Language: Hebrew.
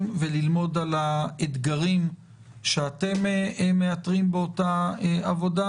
וללמוד על האתגרים שאתם מאתרים באותה עבודה,